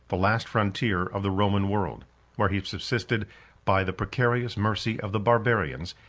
the last frontier of the roman world where he subsisted by the precarious mercy of the barbarians,